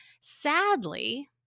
Sadly